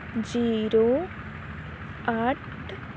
zero ਅੱਠ